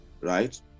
right